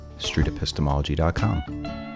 streetepistemology.com